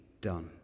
done